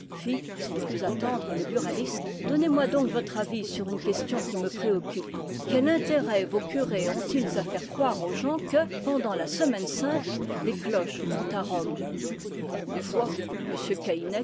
sans plus attendre le bura liste donnez-moi donc votre avis sur une question qui me préoccupe quel intérêt vos curés ont-ils à faire croire aux gens que pendant la semaine sainte les cloches vont à rome ma foi monsieur